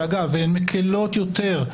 ואגב, הן מקלות יותר.